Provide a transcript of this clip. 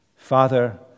Father